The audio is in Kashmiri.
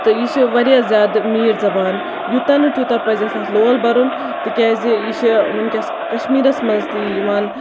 تَو یہِ چھِ واریاہ زیادٕ میٖٹھ زَبان یوٗتاہ نہٕ تیوٗتاہ پَزِ اَسہِ اَتھ لول بَرُن تِکیازِ یہِ چھِ ؤنکیٚس کَشمیٖرَس منٛز تہِ یِوان